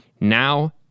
now